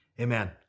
amen